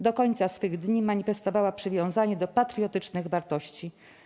Do końca swych dni manifestowała przywiązanie do patriotycznych wartości.